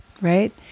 right